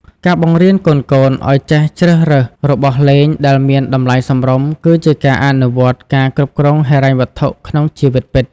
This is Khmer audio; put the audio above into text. ការបង្រៀនកូនៗឱ្យចេះជ្រើសរើសរបស់លេងដែលមានតម្លៃសមរម្យ គឺជាការអនុវត្តការគ្រប់គ្រងហិរញ្ញវត្ថុក្នុងជីវិតពិត។